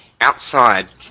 outside